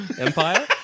Empire